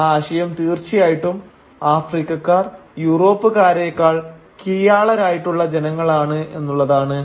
ആ ആശയം തീർച്ചയായിട്ടും ആഫ്രിക്കക്കാർ യൂറോപ്പ്ക്കാരെക്കാൾ കീഴാളരായിട്ടുള്ള ജനങ്ങളാണ് എന്നുള്ളതാണ്